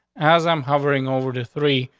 as i'm hovering over the three,